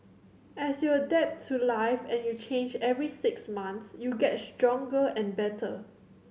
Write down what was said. as you adapt to life and you change every six months you get stronger and better